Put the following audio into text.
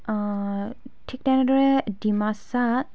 ঠিক তেনেদৰে ডিমাচা